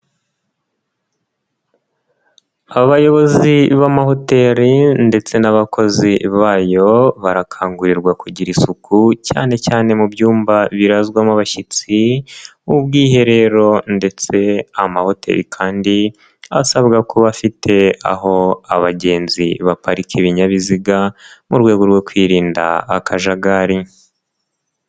Abayobozi b'amahoteli ndetse n'abakozi bayo barakangurirwa kugira isuku cyane cyane mu byumba birazwamo abashyitsi, mu bwiherero ndetse amahoteli kandi asabwa kuba bafite aho abagenzi baparika ibinyabiziga, mu rwego rwo kwirinda akajagari.